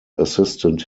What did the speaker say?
assistant